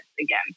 again